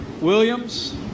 Williams